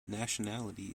nationality